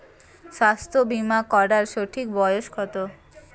স্বাস্থ্য বীমা করার সঠিক বয়স কত?